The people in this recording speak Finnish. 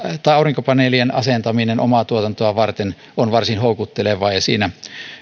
aurinkopaneelien asentaminen omaa tuotantoa varten on varsin houkuttelevaa ja siinä